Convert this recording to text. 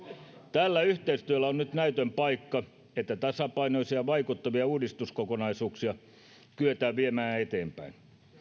tällä yhteistyöllä on nyt näytön paikka että tasapainoisia ja vaikuttavia uudistuskokonaisuuksia kyetään viemään eteenpäin